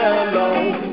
alone